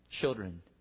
children